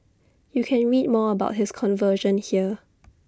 you can read more about his conversion here